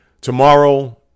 tomorrow